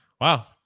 wow